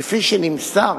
כפי שנמסר